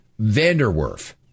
Vanderwerf